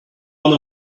one